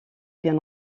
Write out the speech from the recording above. bien